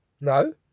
No